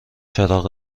چراغ